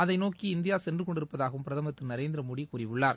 அதை நோக்கி இந்தியா சென்று கொண்டிருப்பதாகவும் பிரதம் திரு நரேந்திரமோடி கூறியுள்ளார்